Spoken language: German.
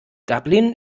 dublin